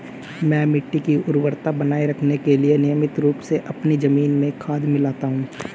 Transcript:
मैं मिट्टी की उर्वरता बनाए रखने के लिए नियमित रूप से अपनी जमीन में खाद मिलाता हूं